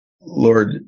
Lord